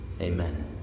Amen